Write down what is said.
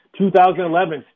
2011